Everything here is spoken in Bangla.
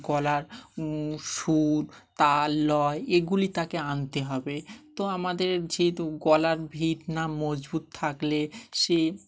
গলার সুর তাল লয় এগুলি তাকে আনতে হবে তো আমাদের যেহেতু গলার ভিত না মজবুত থাকলে সে